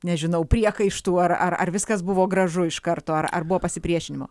nežinau priekaištų ar ar ar viskas buvo gražu iš karto ar ar buvo pasipriešinimo